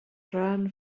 rhan